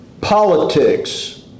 Politics